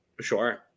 Sure